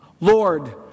Lord